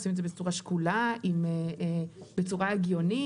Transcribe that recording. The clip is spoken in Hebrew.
עושים את זה בצורה שקולה, בצורה הגיונית.